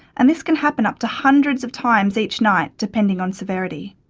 and this can happen up to hundreds of times each night, depending on severity.